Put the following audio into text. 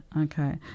okay